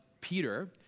Peter